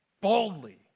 boldly